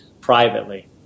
privately